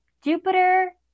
jupiter